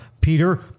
Peter